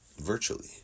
Virtually